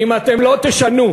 אם אתם לא תשנו,